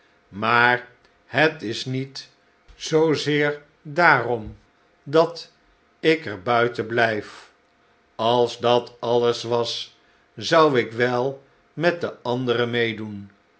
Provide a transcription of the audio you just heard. maar het is niet zoozeer daarom dat ik er buiten blijf als dat alles was zou ik wel met de anderen meedoen